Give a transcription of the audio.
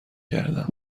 کردم